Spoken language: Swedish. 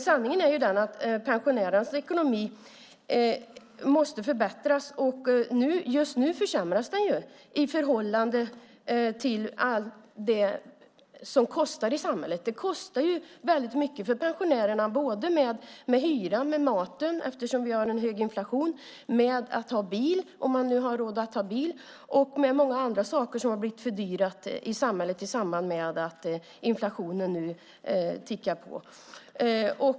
Sanningen är att pensionärernas ekonomi måste förbättras, och just nu försämras den ju i förhållande till allt som kostar i samhället. Det kostar väldigt mycket för pensionärerna med hyran, med maten, eftersom vi har en hög inflation och med att ha bil, om man har råd att ha bil. Det finns också många andra saker som har blivit fördyrade i samhället i samband med att inflationen nu tickar på.